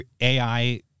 AI